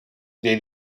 dei